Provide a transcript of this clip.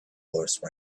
horse